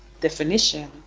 definition